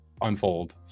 unfold